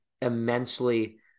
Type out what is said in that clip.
immensely